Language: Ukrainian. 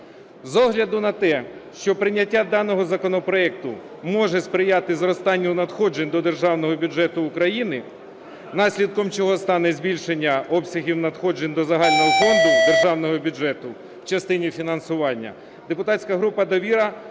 З огляду на те, що прийняття даного законопроекту може сприяти зростанню надходжень до Державного бюджету України, наслідком чого стане збільшення обсягів надходжень до загального фонду державного бюджету в частині фінансування, депутатська група "Довіра"